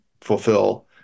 fulfill